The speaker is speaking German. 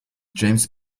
james